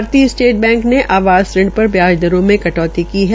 भारतीय state bank ने आवास ऋण पर ब्याज दरों में कटौती की है